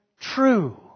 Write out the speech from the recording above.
true